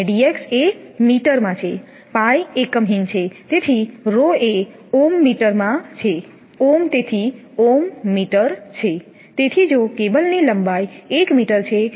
dx એ મીટરમાં છે એકમહીન છે તેથી એ Ω છે Ωતેથી તે Ωછે તેથી જો કેબલની લંબાઈ 1 મીટર છે